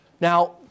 Now